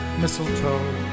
mistletoe